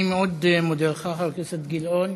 אני מאוד מודה לך, חבר הכנסת גילאון.